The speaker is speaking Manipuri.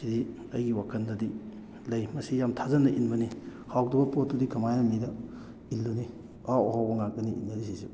ꯁꯤꯗꯤ ꯑꯩꯒꯤ ꯋꯥꯈꯜꯗꯗꯤ ꯂꯩ ꯃꯁꯤ ꯌꯥꯝ ꯊꯥꯖꯅ ꯏꯟꯕꯅꯤ ꯍꯥꯎꯇꯕ ꯄꯣꯠꯇꯨꯗꯤ ꯀꯃꯥꯏꯅ ꯃꯤꯗ ꯏꯜꯂꯨꯅꯤ ꯑꯍꯥꯎ ꯑꯍꯥꯎꯕ ꯉꯥꯛꯇꯅꯤ ꯏꯟꯅꯔꯤꯁꯤꯁꯨ